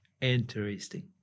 interesting